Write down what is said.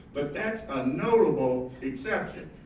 but that's a notable exception.